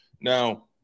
now